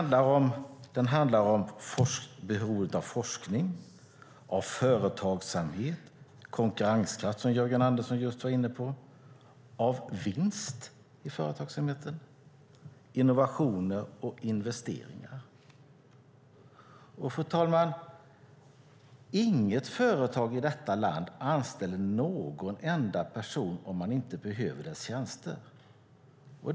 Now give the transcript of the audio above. Den handlar om behovet av forskning, av företagsamhet, av konkurrenskraft, som Jörgen Andersson just var inne på, av vinst i företagen, av innovationer och av investeringar. Fru talman! Inget företag i detta land anställer någon enda person om man inte behöver denna persons tjänster.